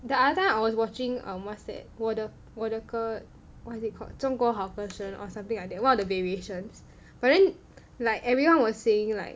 the other time I was watching a what's that 我的我的歌 what is it called 中国好歌声 or something like that one of the variations but then like everyone was saying like